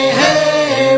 hey